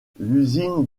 l’usine